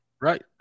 Right